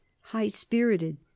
high-spirited